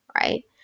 Right